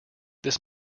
this